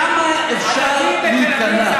כמה אפשר להיכנע?